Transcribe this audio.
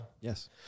Yes